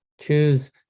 choose